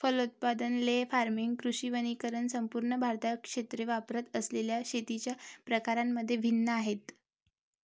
फलोत्पादन, ley farming, कृषी वनीकरण संपूर्ण भारतात क्षेत्रे वापरत असलेल्या शेतीच्या प्रकारांमध्ये भिन्न आहेत